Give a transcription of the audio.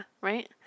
right